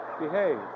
behave